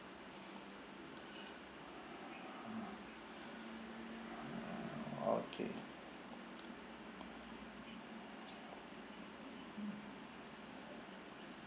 okay